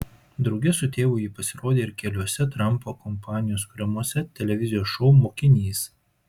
drauge su tėvu ji pasirodė ir keliuose trampo kompanijos kuriamuose televizijos šou mokinys